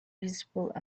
visible